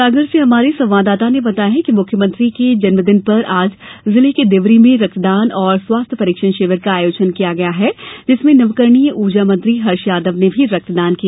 सागर से हमारे संवाददाता ने बताया है कि मुख्यमंत्री के जन्मदिवस पर आज जिले के देवरी में रक्तदान और स्वास्थ्य परीक्षण शिविर का आयोजन किया गया है जिसमें नवकरणीय ऊर्जा मंत्री हर्ष यादव ने भी रक्तदान किया